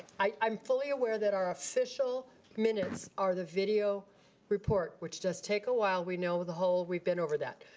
i'm fully aware that our official minutes are the video report, which does take awhile. we know the whole, we've been over that,